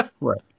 Right